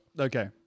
Okay